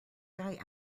guy